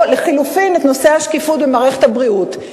או לחלופין, נושא השקיפות במערכת הבריאות,